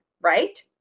right